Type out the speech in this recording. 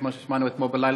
וכמו ששמענו אתמול בלילה,